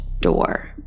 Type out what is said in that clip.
door